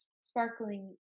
sparkling